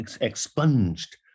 expunged